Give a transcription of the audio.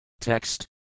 Text